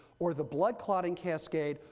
or the blood clotting cascade,